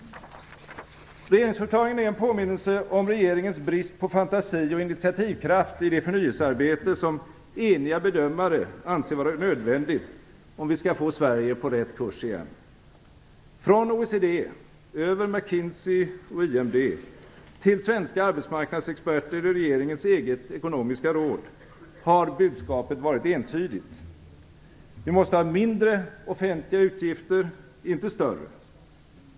Regeringsförklaringen är en påminnelse om regeringens brist på fantasi och initiativkraft i det förnyelsearbete som eniga bedömare anser vara nödvändigt om vi skall få Sverige på rätt kurs igen. Från OECD över McKinsey och IMD till svenska arbetsmarknadsexperter i regeringens eget ekonomiska råd har budskapet varit entydigt. Vi måste ha mindre offentliga utgifter - inte större.